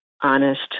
honest